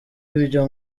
ibyo